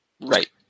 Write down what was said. right